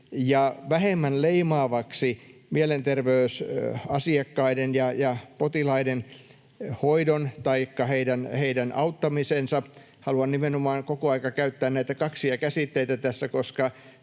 ja vähemmän leimaavaksi mielenterveysasiakkaiden ja -potilaiden hoidon taikka heidän auttamisensa — haluan nimenomaan koko ajan käyttää näitä kaksia käsitteitä tässä,